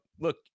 Look